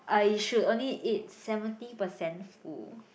uh you should only eat seventy percent full